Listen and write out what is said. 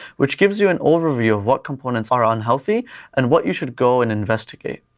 which gives you an overview of what components are unhealthy and what you should go and investigate.